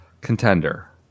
Contender